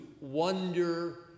wonder